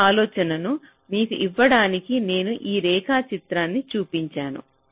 ఈ ఆలోచనను మీకు ఇవ్వడానికి నేను ఈ రేఖాచిత్రాన్ని చూపించాను